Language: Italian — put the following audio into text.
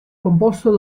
composto